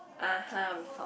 ah !huh! we found